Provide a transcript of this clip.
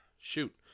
shoot